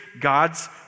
God's